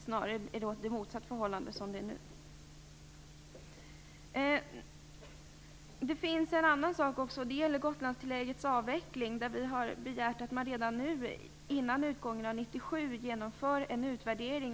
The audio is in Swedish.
Snarare är det då det nuvarande förhållandet som är diskriminerande. En annan fråga är Gotlandstilläggets avveckling. Vi har begärt att man redan nu, innan utgången av 1997, skall genomföra en utvärdering.